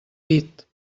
pit